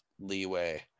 leeway